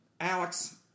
Alex